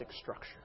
structure